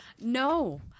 No